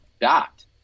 Dot